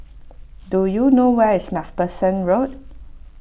do you know where is MacPherson Road